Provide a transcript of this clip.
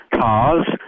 cars